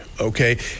Okay